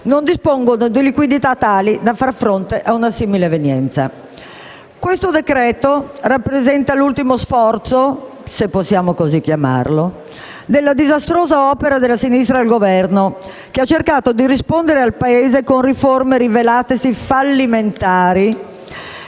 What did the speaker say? non dispongono di liquidità tali da poter far fronte ad una simile evenienza. Questo decreto-legge rappresenta l'ultimo sforzo, se così possiamo chiamarlo, della disastrosa opera della sinistra al Governo, che ha cercato di rispondere al Paese con riforme rivelatesi fallimentari: